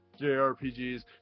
JRPGs